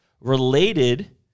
related